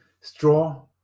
Straw